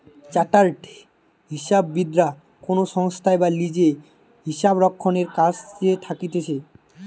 chartered হিসাববিদরা কোনো সংস্থায় বা লিজে হিসাবরক্ষণের কাজে থাকতিছে